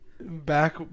back